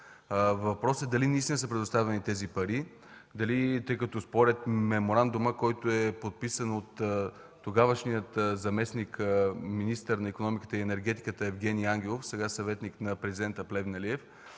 Въпросът е дали наистина са предоставени тези пари, тъй като според меморандума, който е подписан от тогавашния заместник-министър на икономиката и енергетиката Евгени Ангелов, сега съветник на президента Плевнелиев